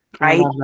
right